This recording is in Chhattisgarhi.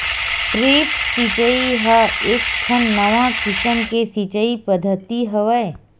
ड्रिप सिचई ह एकठन नवा किसम के सिचई पद्यति हवय